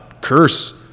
curse